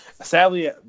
sadly